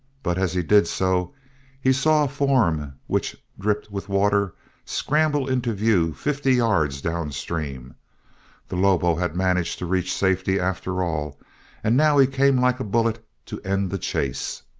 but as he did so he saw a form which dripped with water scramble into view fifty yards down-stream the lobo had managed to reach safety after all and now he came like a bullet to end the chase.